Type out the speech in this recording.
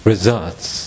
Results